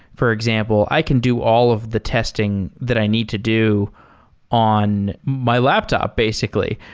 for example, i can do all of the testing that i need to do on my laptop, basically,